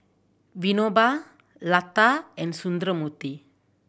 Vinoba Lata and Sundramoorthy